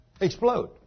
Explode